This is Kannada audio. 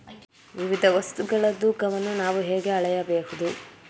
ವಿವಿಧ ವಸ್ತುಗಳ ತೂಕವನ್ನು ನಾವು ಹೇಗೆ ಅಳೆಯಬಹುದು?